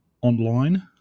online